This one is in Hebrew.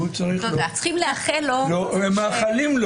מאחלים לו